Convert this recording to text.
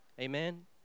amen